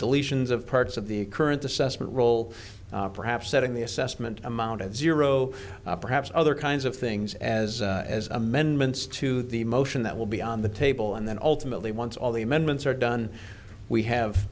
deletions of parts of the current assessment role perhaps setting the assessment amount of zero perhaps other kinds of things as as amendments to the motion that will be on the table and then ultimately once all the amendments are done we have